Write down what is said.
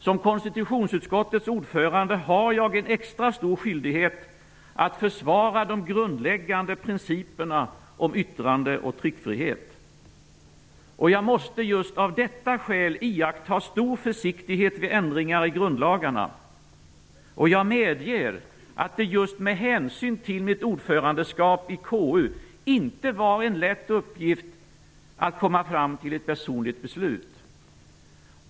Som konstitutionsutskottets ordförande har jag en extra stor skyldighet att försvara de grundläggande principerna om yttrande och tryckfrihet. Jag måste just av detta skäl iaktta stor försiktigthet vid ändringar i grundlagarna. Jag medger att det just med hänsyn till mitt ordförandeskap i KU inte var någon lätt uppgift att komma fram till ett personligt beslut.